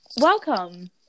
Welcome